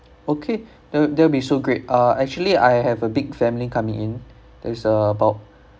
okay that that'll be so great uh actually I have a big family coming in there's about